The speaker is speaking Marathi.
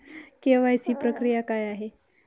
के.वाय.सी प्रक्रिया काय आहे?